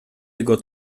jego